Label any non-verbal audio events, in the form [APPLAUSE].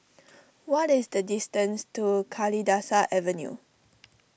[NOISE] what is the distance to Kalidasa Avenue